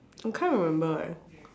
I kind of remember eh